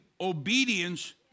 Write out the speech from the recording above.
obedience